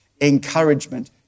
encouragement